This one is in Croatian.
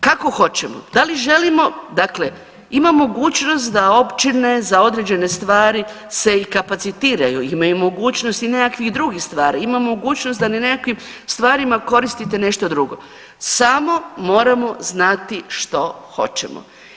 Kako hoćemo, da li želimo dakle imaju mogućnost da općine za određene stvari se i kapacitiraju, imaju i mogućnost i nekakvih drugih stvari, imaju mogućnost da na nekakvim stvarima koristite nešto drugo, samo moramo znati što hoćemo.